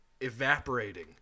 evaporating